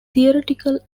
theoretical